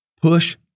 Push